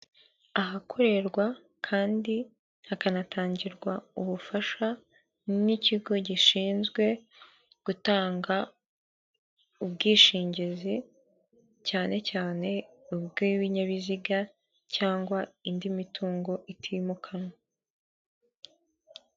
Ahakorerwa kandi hakanatangirwa ubufasha n'ikigo gishinzwe gutanga ubwishingizi, cyane cyane ubw'ibinyabiziga cyangwa indi mitungo itimukanwa.